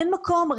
אין מקום.